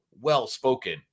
well-spoken